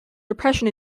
depression